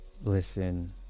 Listen